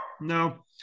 No